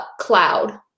cloud